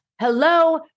Hello